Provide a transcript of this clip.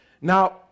Now